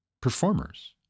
performers